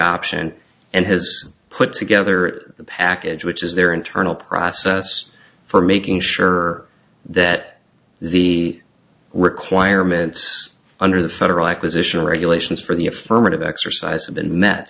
option and has put together the package which is their internal process for making sure that the requirements under the federal acquisition regulations for the affirmative exercise have been met